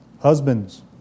Husbands